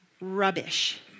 rubbish